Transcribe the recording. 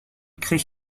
créent